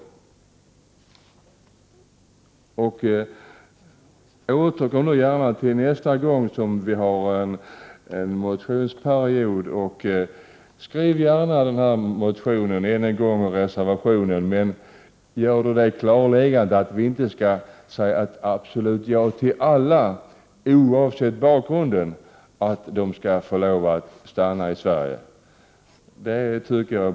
79 Återkom gärna nästa gång det är motionsperiod, och skriv gärna denna motion och reservation ännu en gång. Men gör ett klarläggande att vi inte skall säga absolut ja till att alla flyktingar skall få lov att stanna i Sverige, oavsett bakgrund.